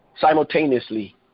simultaneously